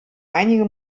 einige